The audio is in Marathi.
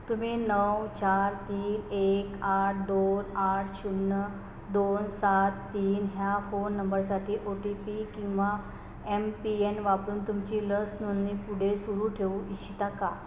तुम्ही नऊ चार तीन एक आठ दोन आठ शून्य दोन सात तीन ह्या फोन नंबरसाठी ओ टी पी किंवा एम पी एन वापरून तुमची लस नोंदणी पुढे सुरू ठेवू इच्छिता का